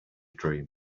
dream